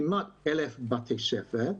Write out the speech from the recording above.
כמעט 1,000 בתי ספר,